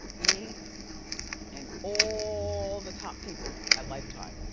me and all the top people at lifetime.